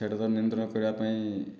ସେଇଟା ତ ନିୟନ୍ତ୍ରଣ କରିବା ପାଇଁ